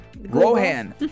Rohan